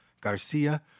Garcia